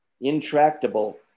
intractable